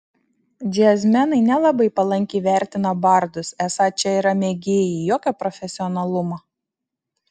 džiazmenai nelabai palankiai vertina bardus esą čia yra mėgėjai jokio profesionalumo